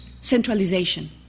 centralization